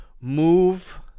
move